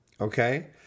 Okay